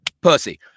pussy